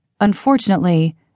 Unfortunately